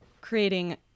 creating